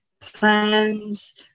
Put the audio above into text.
plans